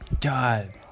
god